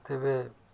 ତେବେ